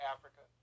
Africa